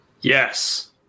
Yes